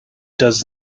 does